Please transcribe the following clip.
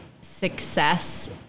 success